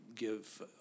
give